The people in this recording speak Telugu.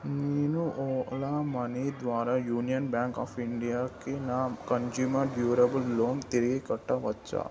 నేను ఓలా మనీ ద్వారా యూనియన్ బ్యాంక్ ఆఫ్ ఇండియాకి నా కంస్యూమర్ డ్యూరబుల్ లోన్ తిరిగి కట్టవచ్చా